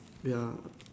ya